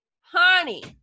honey